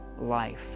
life